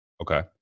Okay